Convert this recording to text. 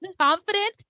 confident